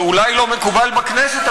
זה אולי לא מקובל בכנסת,